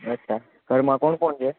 અચ્છા ઘરમાં કોણ કોણ છે